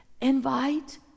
Invite